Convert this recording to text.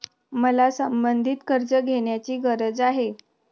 मला संबंधित कर्ज घेण्याची गरज आहे